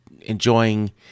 enjoying